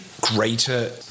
greater